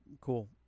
Cool